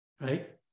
right